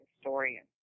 historian